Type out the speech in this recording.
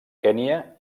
kenya